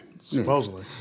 Supposedly